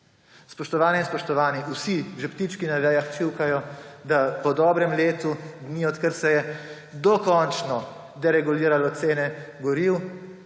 Spoštovane in spoštovani, vsi, že ptički na vejah čivkajo, da po dobrem letu dni, odkar se je dokončno dereguliralo cene goriv,